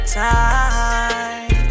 time